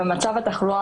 והקורונה